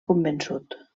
convençut